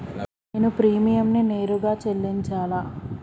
నేను ప్రీమియంని నేరుగా చెల్లించాలా?